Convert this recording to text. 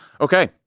Okay